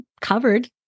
covered